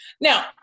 Now